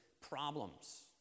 problems